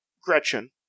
Gretchen